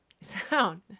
Sound